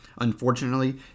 Unfortunately